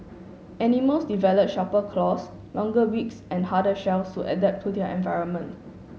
animals develop sharper claws longer beaks and harder shells to adapt to their environment